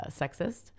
sexist